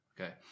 Okay